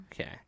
Okay